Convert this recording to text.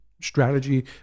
strategy